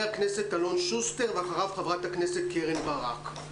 הכנסת אלון שוסטר ואחריו חברת הכנסת קרן ברק.